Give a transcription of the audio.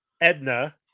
Edna